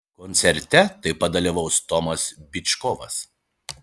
koncerte taip pat dalyvaus tomas byčkovas